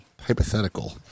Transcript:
hypothetical